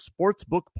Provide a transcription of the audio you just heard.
sportsbook